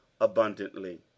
abundantly